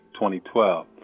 2012